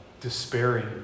despairing